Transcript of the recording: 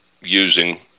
using